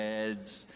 red's,